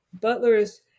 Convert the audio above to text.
Butler's